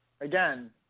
Again